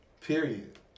Period